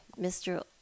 Mr